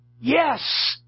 Yes